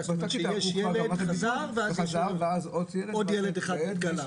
ילד מאומת ואז יש עוד ילד מאומת.